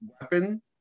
weapon